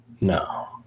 no